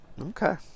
Okay